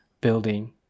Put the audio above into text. building